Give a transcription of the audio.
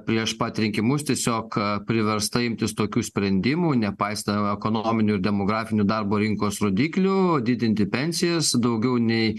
prieš pat rinkimus tiesiog priversta imtis tokių sprendimų nepaisant ekonominių demografinių darbo rinkos rodiklių o didinti pensijas daugiau nei